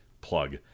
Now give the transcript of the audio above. plug